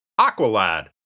Aqualad